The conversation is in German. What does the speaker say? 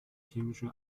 chemische